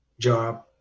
job